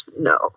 no